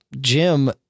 Jim